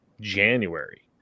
January